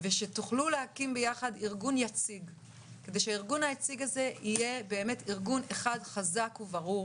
ושתוכלו להקים יחד ארגון יציג שיהיה ארגון אחד חזק וברור